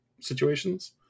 situations